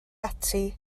ati